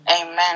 Amen